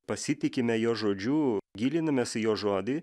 pasitikime jo žodžiu gilinamės į jo žodį